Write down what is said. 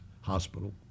Hospital